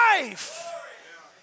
life